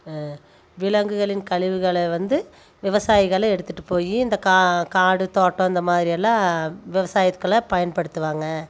விலங்குகளின் கழிவுகளை வந்து விவசாயிகளே எடுத்துட்டு போய் இந்த கா காடு தோட்டம் இந்த மாதிரி எல்லாம் விவசாயத்துகலாம் பயன்படுத்துவாங்க